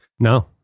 No